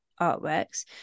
artworks